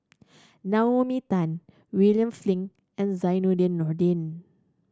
Naomi Tan William Flint and Zainudin Nordin